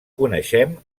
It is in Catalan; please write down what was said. coneixem